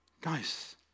Guys